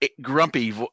grumpy